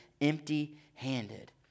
empty-handed